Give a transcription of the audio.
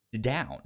down